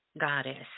goddess